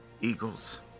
Eagles